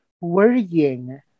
worrying